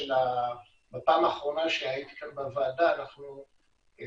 בפעם אחרונה שהייתי כאן בוועדה אכן